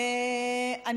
בבתי ספר.